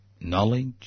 knowledge